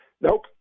Nope